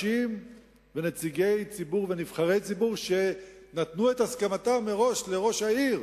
לרבות אנשים ונציגי ציבור ונבחרי ציבור שנתנו לראש העיר